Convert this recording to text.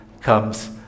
comes